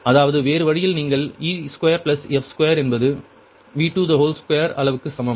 V222 அதாவது வேறு வழியில் நீங்கள் e2f2 என்பது 2 அளவுக்கு சமம்